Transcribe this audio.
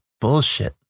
bullshit